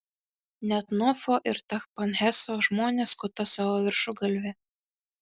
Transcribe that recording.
net nofo ir tachpanheso žmonės skuta savo viršugalvį